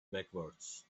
backwards